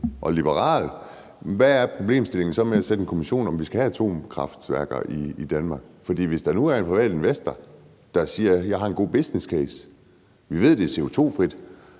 er liberal. Hvad er problemstillingen så med at nedsætte en kommission for at undersøge, om vi skal have atomkraftværker i Danmark? For der kunne være en privat investor, der har en god businesscase. Vi ved, det er CO2-frit,